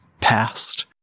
past